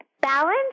balance